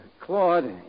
Claude